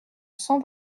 cent